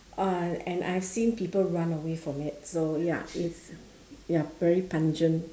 uh and I've seen people run away from it so ya it's ya very pungent